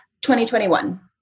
2021